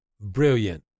Brilliant